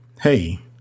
hey